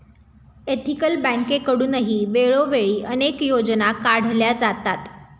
ethical बँकेकडूनही वेळोवेळी अनेक योजना काढल्या जातात